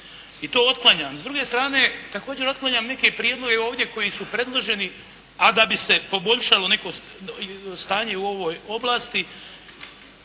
i to otklanjam. S druge strane također otklanjam neke prijedloge ovdje koji su predloženi, a da bi se poboljšalo neko stanje i u ovoj oblasti